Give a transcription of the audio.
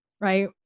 Right